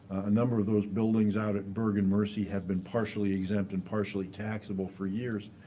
a number of those buildings out at bergen mercy have been partially exempt and partially taxable for years.